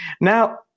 now